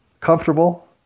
comfortable